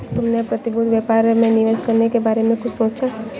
तुमने प्रतिभूति व्यापार में निवेश करने के बारे में कुछ सोचा?